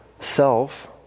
self